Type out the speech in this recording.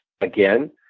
again